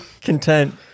content